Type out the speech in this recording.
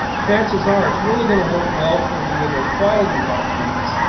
chances are it's really going to work well for you in those quiet environments.